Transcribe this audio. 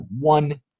one